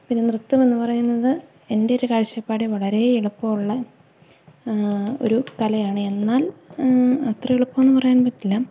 പിന്നെ നൃത്തം എന്നു പറയുന്നത് എൻ്റെ ഒരു കാഴ്ചപ്പാട് വളരെ എളുപ്പമുള്ള ഒരു കലയാണ് എന്നാൽ അത്ര എളുപ്പമാണെന്നു പറയാൻ പറ്റില്ല